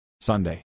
Sunday